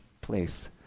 place